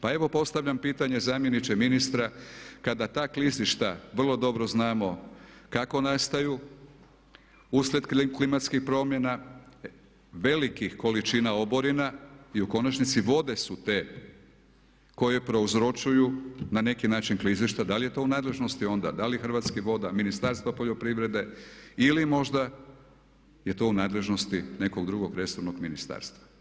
Pa evo postavljam pitanje zamjeniče ministra kada ta klizišta vrlo dobro znamo kako nastaju uslijed klimatskih promjena velikih količina oborina i u konačnici vode su te koje prouzročuju na neki način klizišta da li je to u nadležnosti onda da li Hrvatskih voda, Ministarstva poljoprivrede ili možda je to u nadležnosti nekog drugog resornog ministarstva.